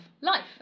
life